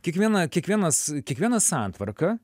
kiekviena kiekvienas kiekviena santvarka